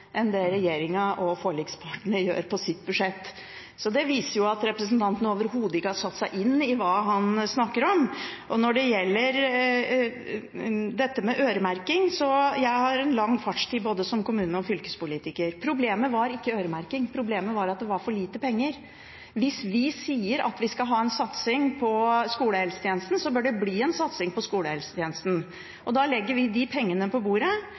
enn det regjeringen og forlikspartnerne gjør i sitt budsjett. Det viser jo at representanten overhodet ikke har satt seg inn i hva han snakker om. Jeg har en lang fartstid både som kommunepolitiker og som fylkespolitiker, og problemet var ikke øremerking; problemet var at det var for lite penger. Hvis vi sier at vi skal ha en satsing på skolehelsetjenesten, bør det bli en satsing på skolehelsetjenesten, og da legger vi de pengene på bordet.